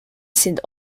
sind